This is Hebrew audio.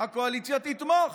הקואליציה תתמוך.